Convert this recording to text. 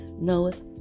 knoweth